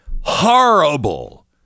horrible